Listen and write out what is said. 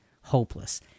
hopeless